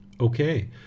Okay